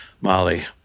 Molly